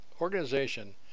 organization